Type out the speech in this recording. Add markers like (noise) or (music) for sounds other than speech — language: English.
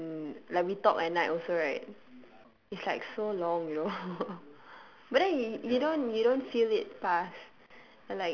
when like we talk at night also right it's like so long you know (laughs) but then you don't you don't feel it pass